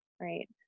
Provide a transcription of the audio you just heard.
right